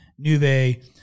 Nuve